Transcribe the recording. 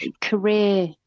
career